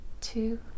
two